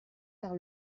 par